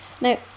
Now